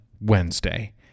Wednesday